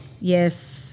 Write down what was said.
Yes